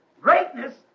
Greatness